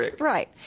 Right